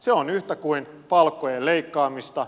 se on yhtä kuin palkkojen leikkaamista